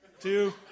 Two